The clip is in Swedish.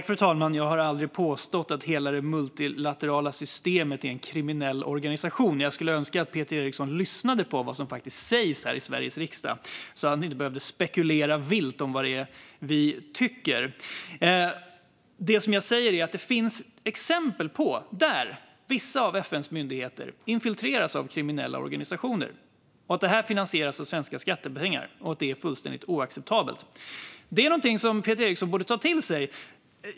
Fru talman! Jag har aldrig påstått att hela det multilaterala systemet är en kriminell organisation. Jag skulle önska att Peter Eriksson lyssnar på vad som faktiskt sägs här i Sveriges riksdag, så att han inte behöver spekulera vilt om vad vi tycker. Det som jag säger är att det finns exempel där vissa av FN:s myndigheter infiltreras av kriminella organisationer, att detta finansieras med svenska skattepengar och att det är fullständigt oacceptabelt. Det är någonting som Peter Eriksson borde ta till sig.